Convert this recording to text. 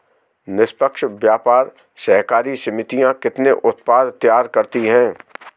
निष्पक्ष व्यापार सहकारी समितियां कितने उत्पाद तैयार करती हैं?